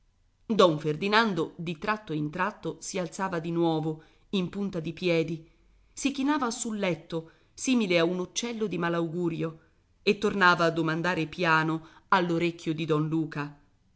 don ferdinando di tratto in tratto si alzava di nuovo in punta di piedi si chinava sul letto simile a un uccello di malaugurio e tornava a domandare piano all'orecchio di don luca